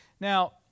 Now